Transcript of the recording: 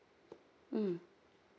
mm